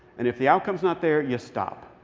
and if the outcome is not there, you stop.